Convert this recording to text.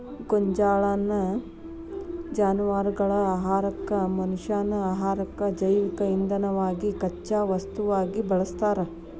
ಗೋಂಜಾಳನ್ನ ಜಾನವಾರಗಳ ಆಹಾರಕ್ಕ, ಮನಷ್ಯಾನ ಆಹಾರಕ್ಕ, ಜೈವಿಕ ಇಂಧನವಾಗಿ ಕಚ್ಚಾ ವಸ್ತುವಾಗಿ ಬಳಸ್ತಾರ